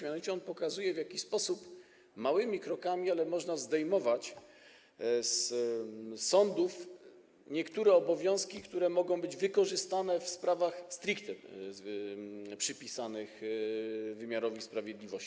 Mianowicie on pokazuje, w jaki sposób - małymi krokami, ale można - zdejmować z sądów niektóre obowiązki, co może być wykorzystane w sprawach stricte przypisanych wymiarowi sprawiedliwości.